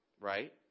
right